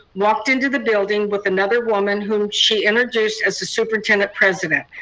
walked into the building with another woman who she introduced as the superintendent-president.